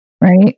Right